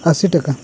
ᱟᱥᱤ ᱴᱟᱠᱟ